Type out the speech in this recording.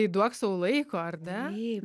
duok sau laiko ar ne